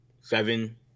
seven